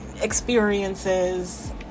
experiences